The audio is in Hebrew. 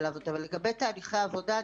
אבל לגבי תהליכי העבודה,